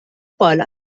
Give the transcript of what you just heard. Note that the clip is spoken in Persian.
بالا